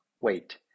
wait